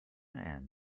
and